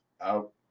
Out